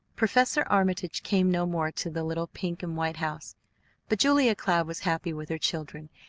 professor armitage came no more to the little pink-and-white house but julia cloud was happy with her children,